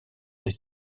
des